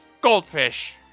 Goldfish